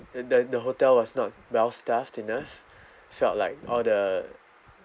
the the the hotel was not well staffed enough felt like all the